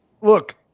look